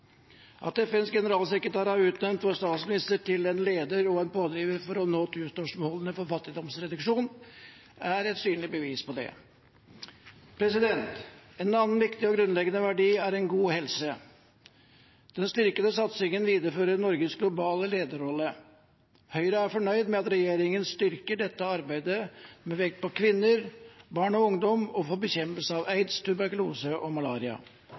At FNs generalsekretær har utnevnt vår statsminister til en leder og en pådriver for å nå tusenårsmålene for fattigdomsreduksjon, er et synlig bevis på det. En annen viktig og grunnleggende verdi er en god helse. Den styrkede satsingen viderefører Norges globale lederrolle. Høyre er fornøyd med at regjeringen styrker dette arbeidet, med vekt på kvinner, barn og ungdom og for bekjempelse av aids, tuberkulose og malaria.